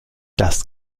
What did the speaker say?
das